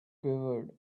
quivered